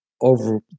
over